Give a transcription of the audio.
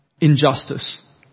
injustice